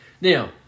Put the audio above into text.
Now